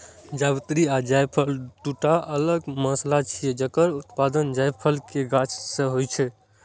जावित्री आ जायफल, दूटा अलग मसाला छियै, जकर उत्पादन जायफल के गाछ सं होइ छै